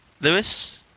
Lewis